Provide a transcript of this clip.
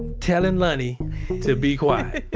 telling lonnie to be quiet.